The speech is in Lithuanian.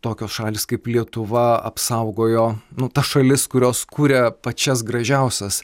tokios šalys kaip lietuva apsaugojo nu ta šalis kurios kuria pačias gražiausias